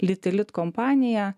litilit kompanija